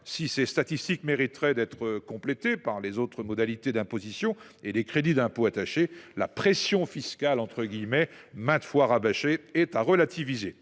Ces statistiques mériteraient d’être complétées en y intégrant les autres modalités d’imposition et les crédits d’impôt attachés, mais la prétendue « pression fiscale » maintes fois rabâchée est à relativiser